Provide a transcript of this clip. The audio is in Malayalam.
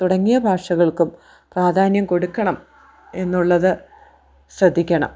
തുടങ്ങിയ ഭാഷകൾക്കും പ്രാധാന്യം കൊടുക്കണം എന്നുള്ളത് ശ്രദ്ധിക്കണം